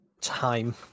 time